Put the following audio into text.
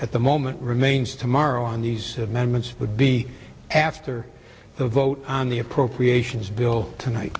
at the moment remains tomorrow on these amendments would be after the vote on the appropriations bill tonight